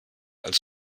als